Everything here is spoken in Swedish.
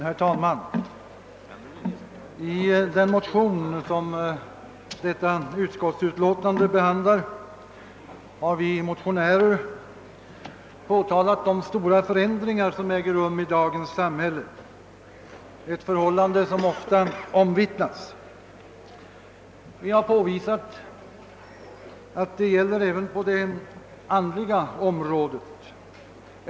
Herr talman! I den motion som detta utskottsutlåtande behandlar har vi motionärer påtalat de stora förändringar, som äger rum i dagens samhälle, ett förhållande som ofta omvittnas. Vi har påvisat att detta gäller även på det andliga området.